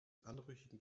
anrüchigen